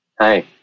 Hi